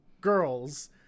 girls